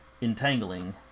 entangling